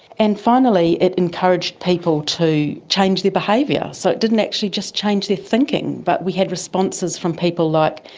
and finally it encouraged people to change their behaviour. so it didn't actually just change their thinking but we had responses from people like,